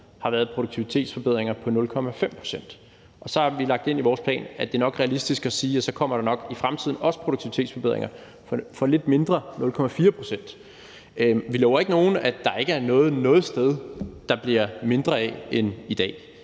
har været produktivitetsforbedringer på 0,5 pct. Så har vi lagt ind i vores plan, at det nok er realistisk at sige, at så kommer der nok i fremtiden også produktivitetsforbedringer af en lidt mindre størrelse, nemlig på 0,4 pct. Vi lover ikke nogen, at der ikke er noget noget sted, der bliver mindre af end i dag.